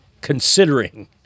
considering